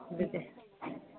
ꯑꯗꯨꯗꯤ